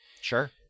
Sure